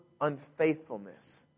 unfaithfulness